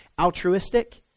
altruistic